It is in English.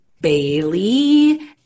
Bailey